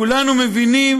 כולנו מבינים